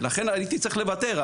ולכן הייתי צריך לוותר,